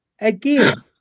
Again